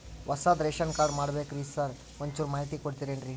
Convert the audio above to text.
ಹೊಸದ್ ration card ಮಾಡ್ಬೇಕ್ರಿ sir ಒಂಚೂರ್ ಮಾಹಿತಿ ಕೊಡ್ತೇರೆನ್ರಿ?